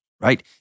right